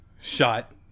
shot